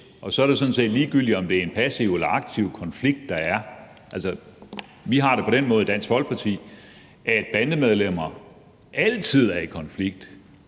det sådan set ligegyldigt, om det er en passiv eller aktiv konflikt, der er tale om. Vi har det på den måde i Dansk Folkeparti, at bandemedlemmer altid er i konflikt.